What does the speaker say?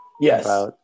Yes